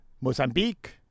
Mozambique